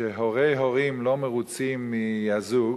שהורי הורים לא מרוצים מהזוג,